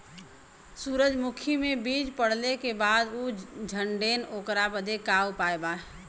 सुरजमुखी मे बीज पड़ले के बाद ऊ झंडेन ओकरा बदे का उपाय बा?